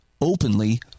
openly